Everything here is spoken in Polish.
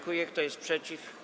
Kto jest przeciw?